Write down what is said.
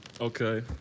Okay